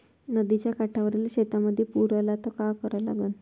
नदीच्या काठावरील शेतीमंदी पूर आला त का करा लागन?